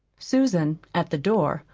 susan, at the door,